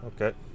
Okay